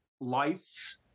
life